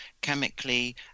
chemically